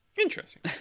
Interesting